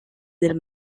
del